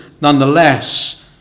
nonetheless